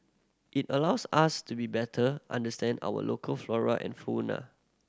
it allows us to be better understand our local flora and fauna